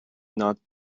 not